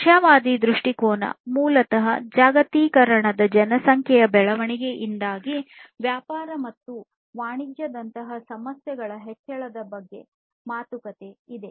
ಆಶಾವಾದಿ ದೃಷ್ಟಿಕೋನ ಮೂಲತಃ ಜಾಗತೀಕರಣದ ಜನಸಂಖ್ಯೆಯ ಬೆಳವಣಿಗೆಯಿಂದಾಗಿ ವ್ಯಾಪಾರ ಮತ್ತು ವಾಣಿಜ್ಯದಂತಹವು ಸಮಸ್ಯೆಗಳ ಹೆಚ್ಚಳದ ಬಗ್ಗೆ ಇದೆ